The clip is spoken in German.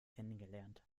kennengelernt